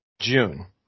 June